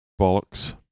bollocks